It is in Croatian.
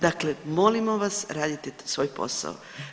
Dakle molimo vas, radite svoj posao.